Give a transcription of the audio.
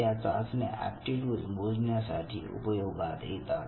या चाचण्या एप्टीट्यूड मोजण्यासाठी उपयोगात येतात